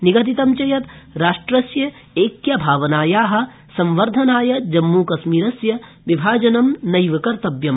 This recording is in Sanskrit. निगदितं च यत् राष्ट्रस्य ऐक्यभावनाया संवर्धनाय जम्मूकश्मीरस्य विभाजनं नैव कर्तव्यम्